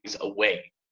away